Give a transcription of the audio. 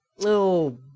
Oh